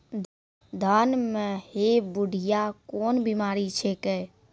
धान म है बुढ़िया कोन बिमारी छेकै?